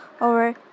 over